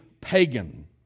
pagan